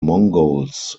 mongols